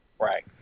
Right